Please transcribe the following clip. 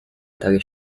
tale